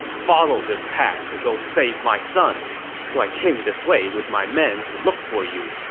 follow this path to go save my son so i came this way with my men to look for you.